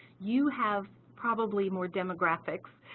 you have probably more demographics